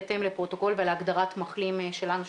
בהתאם לפרוטוקול ולהגדרת מחלים שלנו,